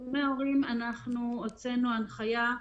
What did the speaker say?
הוצאנו הנחיה.